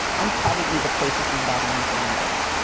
i'm probably the closest embodiment that i know of.